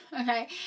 Okay